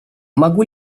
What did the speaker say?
могу